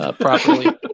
properly